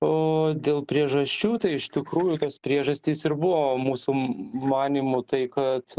o dėl priežasčių tai iš tikrųjų tos priežastys ir buvo mūsų manymu tai kad